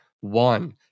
one